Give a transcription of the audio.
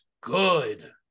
good